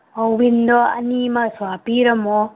ꯑꯧ ꯋꯤꯟꯗꯣ ꯑꯅꯤ ꯑꯃꯁꯨ ꯍꯥꯞꯄꯤꯔꯝꯃꯣ